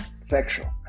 sexual